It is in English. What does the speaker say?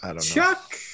Chuck